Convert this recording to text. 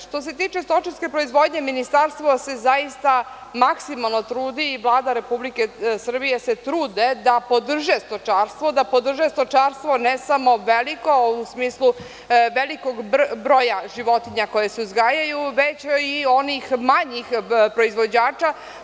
Što se tiče stočarske proizvodnje, Ministarstvo se zaista maksimalno trudi i Vlada Republike Srbije se trude da podrže stočarstvo, ne samo veliko, u smislu velikog broja životinja koje se uzgajaju, već i onih manjih proizvođača.